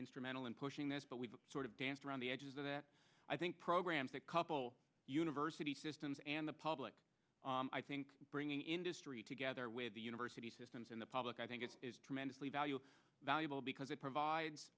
instrumental in pushing this but we've sort of danced around the edges of that i think programs that couple university systems and the public i think bringing industry together with the university systems in the public i think it is tremendously valuable valuable because it provides